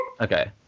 Okay